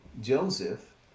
Joseph